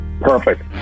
Perfect